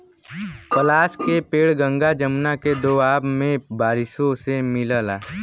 पलाश के पेड़ गंगा जमुना के दोआब में बारिशों से मिलला